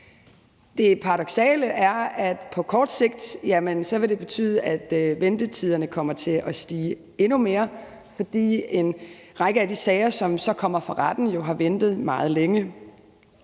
Det paradoksale er, at det på kort sigt vil betyde, at ventetiderne kommer til at stige endnu mere, fordi en række af de sager, som så kommer for retten, jo har ventet meget længe.